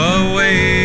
away